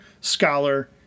scholar